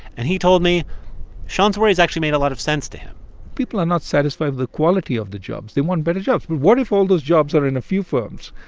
and he told me shawn's worries actually made a lot of sense to him people are not satisfied with the quality of the jobs. they want better jobs. but what if all those jobs are in a few firms,